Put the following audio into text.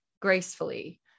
gracefully